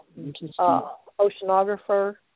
oceanographer